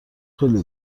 خیلی